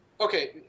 Okay